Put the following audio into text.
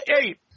eight